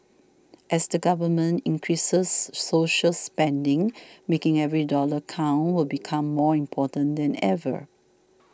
as the government increases social spending making every dollar count will become more important than ever